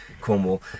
Cornwall